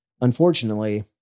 unfortunately